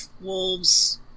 wolves